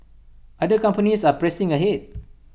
other companies are pressing ahead